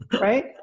right